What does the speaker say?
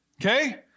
okay